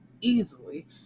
easily